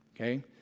okay